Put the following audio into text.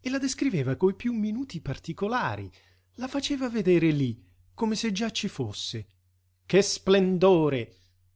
e la descriveva coi piú minuti particolari la faceva vedere lí come se già ci fosse che splendore